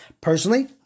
personally